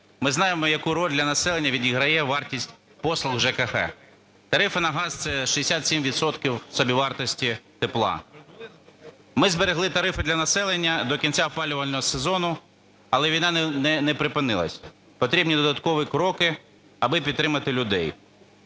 Ми знаємо, яку роль для населення відіграє вартість послуг ЖКХ. Тарифи на газ - це 67 відсотків собівартості тепла. Ми зберегли тарифи для населення до кінця опалювального сезону, але війна не припинилася, потрібні додаткові кроки, аби підтримати людей.